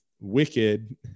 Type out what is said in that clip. Wicked